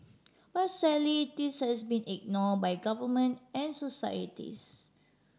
but sadly this has been ignore by government and societies